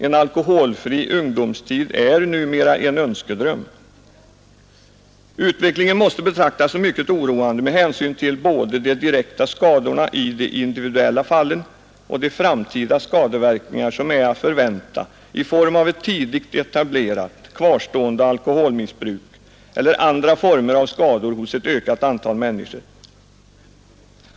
En alkoholfri ungdomstid är numera en önskedröm. Utvecklingen måste betraktas som mycket oroande med hänsyn till både de direkta skadorna i de individuella fallen och de framtida skadeverkningar som är att förvänta i form av ett tidigt etablerat, kvarstående alkoholmissbruk eller andra former av skador hos ett ökat antal människor.